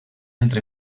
entre